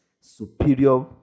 superior